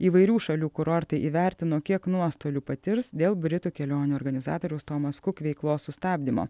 įvairių šalių kurortai įvertino kiek nuostolių patirs dėl britų kelionių organizatoriaus tomas kuk veiklos sustabdymo